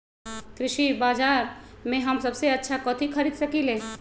कृषि बाजर में हम सबसे अच्छा कथि खरीद सकींले?